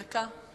דקה.